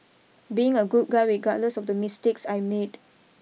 being a good guy regardless of the mistakes I made